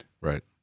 Right